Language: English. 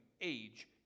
age